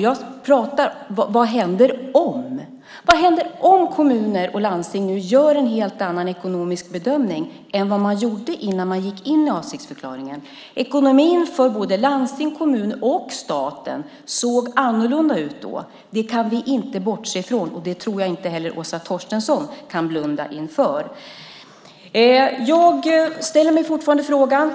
Jag talar om vad som händer om kommuner och landsting gör en helt annan ekonomisk bedömning än den som gjordes innan man gick in i avsiktsförklaringen. Ekonomin för landsting, kommuner och staten såg annorlunda ut då. Det kan vi inte bortse från, och det tror jag inte heller Åsa Torstensson kan blunda inför. Jag ställer mig fortfarande frågan om